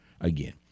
again